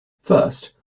first